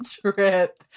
trip